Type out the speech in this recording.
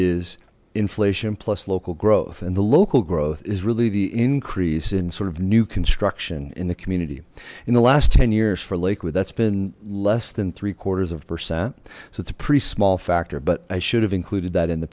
is inflation plus local growth and the local growth is really the increase in sort of new construction in the community in the last ten years for lakewood that's been less than of a percent so it's a pretty small factor but i should have included that in the